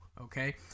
Okay